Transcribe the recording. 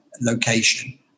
location